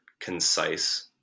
concise